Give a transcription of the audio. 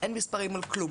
אין מספרים על כלום